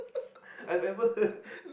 I've ever heard